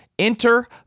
Enter